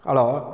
hello